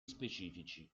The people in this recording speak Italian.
specifici